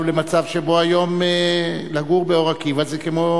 למצב שבו היום לגור באור-עקיבא זה כמו